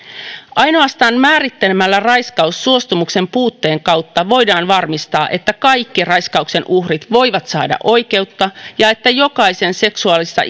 ainoastaan määrittelemällä raiskaus suostumuksen puutteen kautta voidaan varmistaa että kaikki raiskauksen uhrit voivat saada oikeutta ja että jokaisen seksuaalista